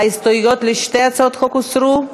ההסתייגויות לשתי הצעות החוק הוסרו?